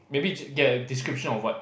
maybe get a description of what